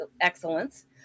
Excellence